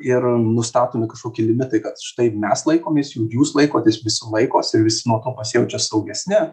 ir nustatomi kažkokie limitai kad štai mes laikomės jų jūs laikotės visi laikosi ir visi nuo to pasijaučia saugesni